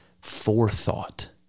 forethought